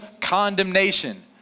condemnation